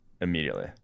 immediately